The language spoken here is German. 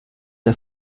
der